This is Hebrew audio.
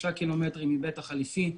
שלושה קילומטרים מבית החליפי.